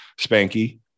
Spanky